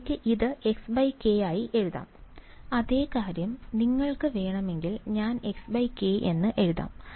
എനിക്ക് ഇത് xk ആയി എഴുതാം അതേ കാര്യം നിങ്ങൾക്ക് വേണമെങ്കിൽ ഞാൻ xk എന്ന് എഴുതാം